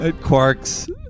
Quark's